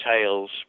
tales